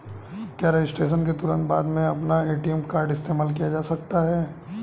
क्या रजिस्ट्रेशन के तुरंत बाद में अपना ए.टी.एम कार्ड इस्तेमाल किया जा सकता है?